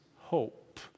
hope